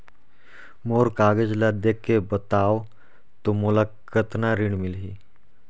मोर कागज ला देखके बताव तो मोला कतना ऋण मिलही?